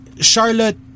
Charlotte